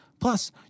Plus